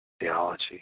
theology